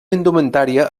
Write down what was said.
indumentària